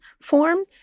form